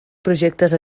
projectes